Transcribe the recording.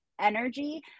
energy